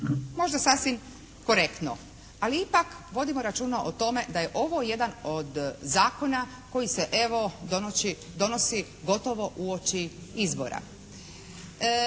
Možda sasvim korektno. Ali ipak vodimo računa o tome da je ovo jedan od zakona koji se evo donosi gotovo uoči izbora.